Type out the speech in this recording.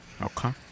Okay